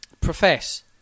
profess